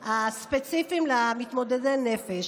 הספציפיים של מתמודדי נפש.